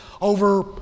over